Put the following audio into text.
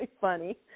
funny